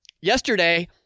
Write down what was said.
yesterday